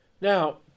Now